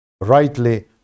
rightly